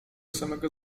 samego